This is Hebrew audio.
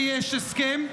כי יש הסכם.